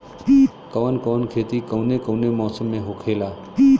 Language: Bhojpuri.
कवन कवन खेती कउने कउने मौसम में होखेला?